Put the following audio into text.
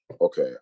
okay